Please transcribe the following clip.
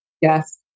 Yes